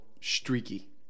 streaky